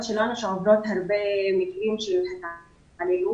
שלנו שעוברות הרבה מקרים של התעללות.